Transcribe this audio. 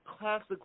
classic